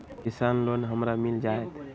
किसान लोन हमरा मिल जायत?